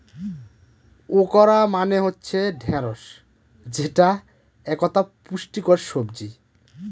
okra মানে হচ্ছে ঢ্যাঁড়স যেটা একতা পুষ্টিকর সবজি